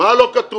מה לא כתוב?